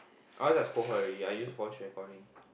or else I scold her already I use voice recording